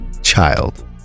child